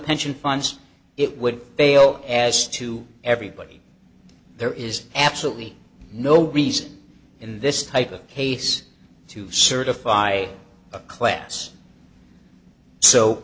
pension funds it would fail as to everybody there is absolutely no reason in this type of case to certify a class so